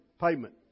payment